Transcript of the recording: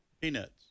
Peanuts